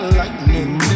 lightning